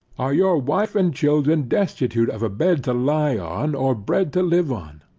are your wife and children destitute of a bed to lie on, or bread to live on?